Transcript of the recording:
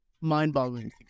mind-boggling